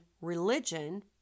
religion